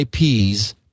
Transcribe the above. IPs